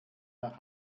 nach